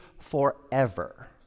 forever